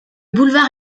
boulevard